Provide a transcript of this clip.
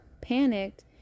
panicked